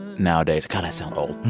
nowadays god, i sound old.